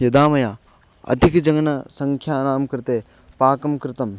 यदा मया अधिकजनसंख्यानां कृते पाकः कृतः